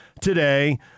today